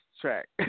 track